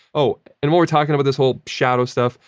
oh, and while we're talking about this whole shadow stuff,